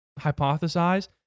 hypothesize